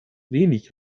wenig